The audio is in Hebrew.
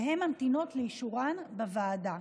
והן ממתינות לאישורן בוועדה.